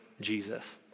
Jesus